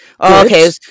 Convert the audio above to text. Okay